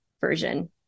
version